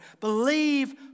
Believe